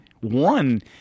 One